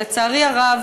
לצערי הרב,